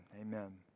Amen